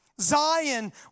Zion